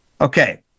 Okay